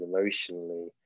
emotionally